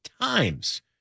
times